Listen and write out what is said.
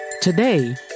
Today